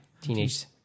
teenage